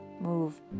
move